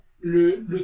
le